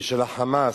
ושל ה"חמאס",